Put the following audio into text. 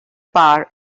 power